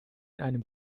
einem